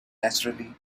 naturally